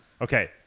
Okay